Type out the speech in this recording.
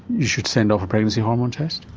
should send off a pregnancy hormone test?